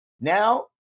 now